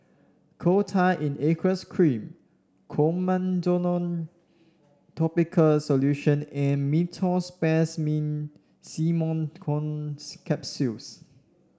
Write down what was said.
Coal Tar in Aqueous Cream Clotrimozole topical solution and Meteospasmyl Simeticone Capsules